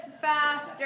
faster